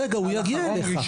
הוא יגיע אליך.